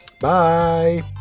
Bye